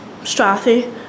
Strathy